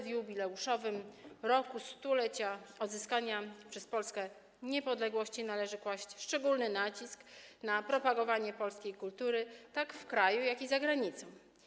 W jubileuszowym roku 100-lecia odzyskania przez Polskę niepodległości należy kłaść szczególny nacisk na propagowanie polskiej kultury zarówno w kraju, jak i za granicą.